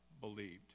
believed